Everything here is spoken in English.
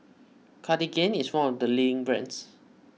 Cartigain is one of the leading brands